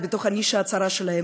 בתוך הנישה הצרה שלהם.